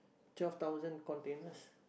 twelve thousand containers